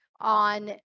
on